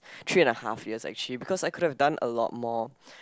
three and a half years actually because I could have done a lot more